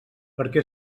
perquè